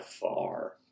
far